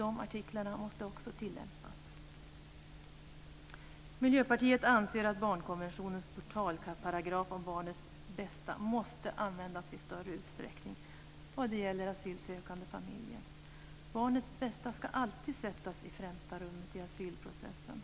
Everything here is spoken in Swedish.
måste tillämpas. Miljöpartiet anser att barnkonventionens portalparagraf om barnets bästa måste tillämpas i större utsträckning när det gäller asylsökande familjer. Barnets bästa ska alltid sättas i främsta rummet i asylprocessen.